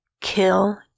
kill